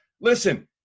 listen